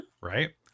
Right